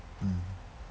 mm